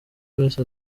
wese